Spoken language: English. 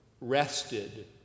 rested